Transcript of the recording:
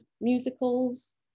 musicals